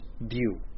view